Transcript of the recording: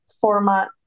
format